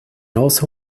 also